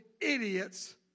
idiots